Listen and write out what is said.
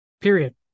period